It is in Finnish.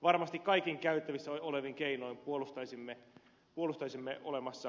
varmasti kaikin käytettävissä olevin keinoin puolustaisimme olemassaoloamme